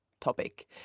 topic